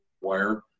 Wire